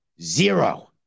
Zero